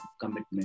commitment